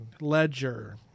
Ledger